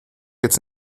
jetzt